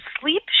sleep